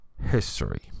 history